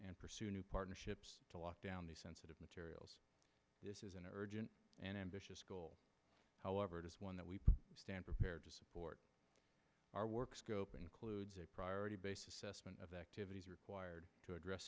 and pursue new partnerships to lock down these sensitive materials this is an urgent and ambitious goal however it is one that we stand prepared to support our work scope includes a priority basis of activities required to address